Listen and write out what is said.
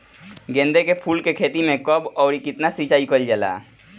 गेदे के फूल के खेती मे कब अउर कितनी सिचाई कइल जाला?